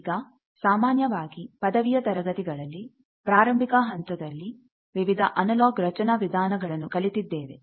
ಈಗ ಸಾಮಾನ್ಯವಾಗಿ ಪದವಿಯ ತರಗತಿಗಳಲ್ಲಿ ಪ್ರಾರಂಭಿಕ ಹಂತದಲ್ಲಿ ವಿವಿಧ ಅನಲಾಗ್ ರಚನಾ ವಿಧಾನಗಳನ್ನು ಕಲಿತಿದ್ದೇವೆ